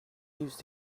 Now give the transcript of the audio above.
used